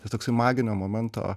čia toksai maginio momento